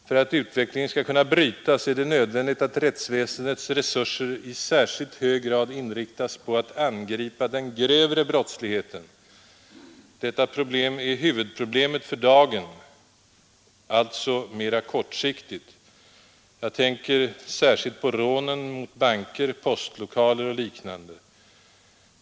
För att utvecklingen skall kunna brytas är det nödvändigt att rättsväsendets resurser i särskilt hög grad inriktas på att angripa den grövre brottsligheten, som är huvudproblemet för dagen, alltså mera kortsiktigt. Jag tänker särskilt på rånen mot banker, postlokaler och liknande.